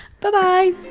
bye-bye